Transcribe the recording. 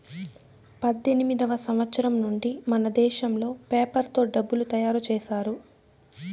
పద్దెనిమిదివ సంవచ్చరం నుండి మనదేశంలో పేపర్ తో డబ్బులు తయారు చేశారు